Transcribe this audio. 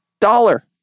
dollar